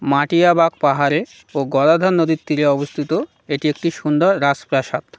মাটিয়াবাগ পাহাড়ে ও গদাধর নদীর তীরে অবস্থিত এটি একটি সুন্দর রাজপ্রাসাদ